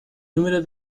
número